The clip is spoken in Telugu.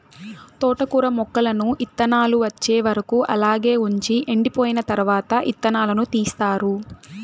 తోటకూర మొక్కలను ఇత్తానాలు వచ్చే వరకు అలాగే వుంచి ఎండిపోయిన తరవాత ఇత్తనాలను తీస్తారు